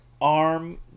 arm